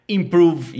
improve